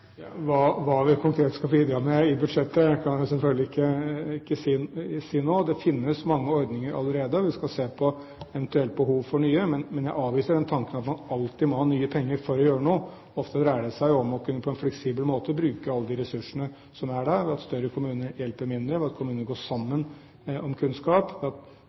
Hva vi konkret skal bidra med i budsjettet, kan jeg selvfølgelig ikke si nå. Det finnes mange ordninger allerede, og vi skal se på behovet for eventuelt nye, men jeg avviser den tanken at man alltid må ha nye penger for å gjøre noe. Ofte dreier det seg om på en fleksibel måte å bruke alle de ressursene som er der, ved at de større kommunene hjelper de mindre, ved at kommuner går sammen om kunnskap, og at